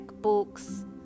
books